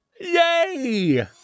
Yay